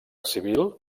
civil